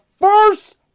first